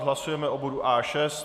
Hlasujeme o bodu A6.